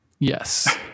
Yes